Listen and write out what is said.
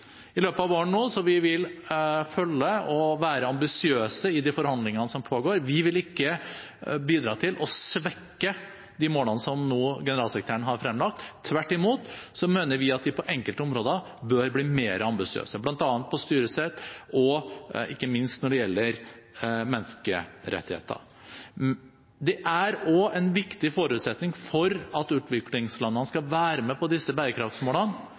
I løpet av våren nå vil vi følge og være ambisiøse i de forhandlingene som pågår. Vi vil ikke bidra til å svekke de målene som generalsekretæren nå har fremlagt. Tvert imot så mener vi at de på enkelte områder bør bli mer ambisiøse, bl.a. på styresett og ikke minst når det gjelder menneskerettigheter. Det er også en viktig forutsetning for at utviklingslandene skal være med på disse